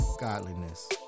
godliness